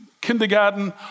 kindergarten